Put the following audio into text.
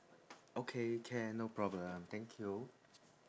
okay can no problem thank you